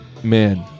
man